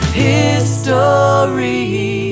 history